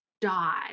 die